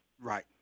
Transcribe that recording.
Right